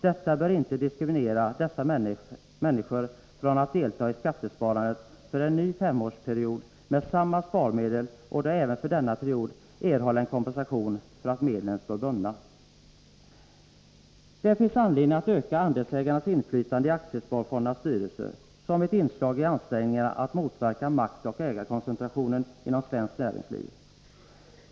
Detta bör inte diskriminera dessa människor från att delta i skattesparandet för en ny femårsperiod med samma sparmedel och då även för denna period erhålla en kompensation för att medlen står bundna. Det finns anledning att öka andelsägarnas inflytande i aktiesparfondernas styrelser som ett inslag i ansträngningarna att motverka maktoch ägarkoncentrationen inom svenskt näringsliv.